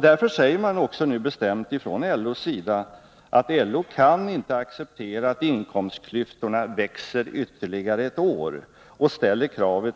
Därför säger man nu bestämt från LO:s sida, att LO inte kan acceptera att inkomstklyftorna växer ytterligare ett år och ställer kravet